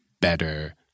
better